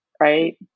Right